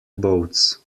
boats